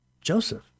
Joseph